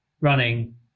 running